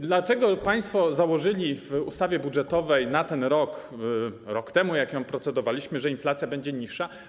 Dlaczego państwo założyli w ustawie budżetowej na ten rok - rok temu, jak nad nią procedowaliśmy - że inflacja będzie niższa?